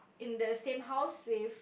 in the same house with